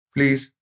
Please